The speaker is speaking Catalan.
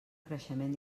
creixement